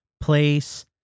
place